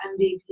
MVP